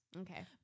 Okay